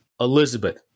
Elizabeth